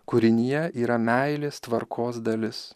kūrinyje yra meilės tvarkos dalis